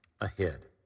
ahead